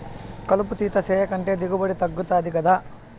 కలుపు తీత సేయకంటే దిగుబడి తగ్గుతది గదా